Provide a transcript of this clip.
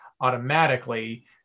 automatically